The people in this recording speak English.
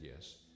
yes